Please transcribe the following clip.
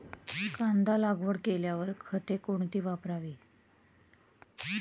कांदा लागवड केल्यावर खते कोणती वापरावी?